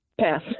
Pass